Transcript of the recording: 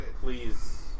please